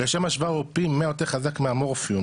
לשם השוואה הוא פי מאה יותר חזק מהמורפיום,